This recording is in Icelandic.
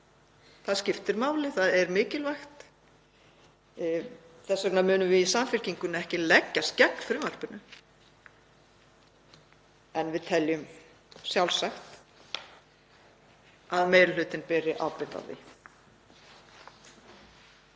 Það skiptir máli og er mikilvægt. Þess vegna munum við í Samfylkingunni ekki leggjast gegn frumvarpinu en teljum sjálfsagt að meiri hlutinn beri ábyrgð á því.